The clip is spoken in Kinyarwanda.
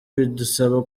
bidusaba